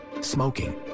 smoking